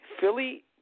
Philly